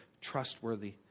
trustworthy